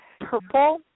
purple